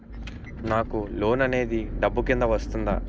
నాకు లోన్ అనేది డబ్బు కిందా వస్తుందా?